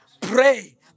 pray